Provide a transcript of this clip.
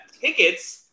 tickets